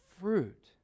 Fruit